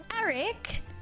Eric